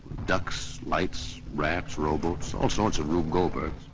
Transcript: ducks, lights, rafts, rowboats, all sorts of rube goldberg.